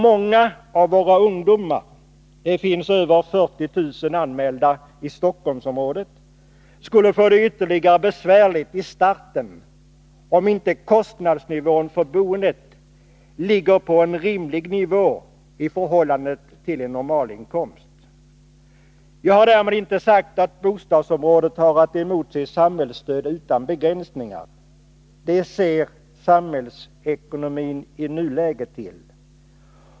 Många av våra ungdomar — det finns över 40 000 anmälda i bostadskön i Stockholmsområdet — skulle få det ännu besvärligare i starten om inte kostnadsnivån låg på en rimlig nivå i förhållande till en normalinkomst. Jag har därmed inte sagt att bostadsområdet har att emotse samhällsstöd utan begränsningar — att så inte blir fallet ser samhällsekonomin i nuläget till.